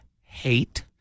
hate